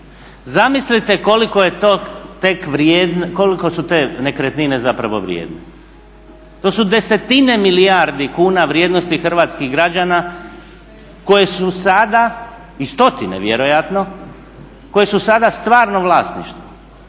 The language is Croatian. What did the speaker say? vrijedno, koliko su te nekretnine zapravo vrijedne. To su desetine milijardi kuna vrijednosti hrvatskih građana koje su sada i stotine vjerojatno koje su sada u stvarnom vlasništvu,